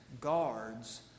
guards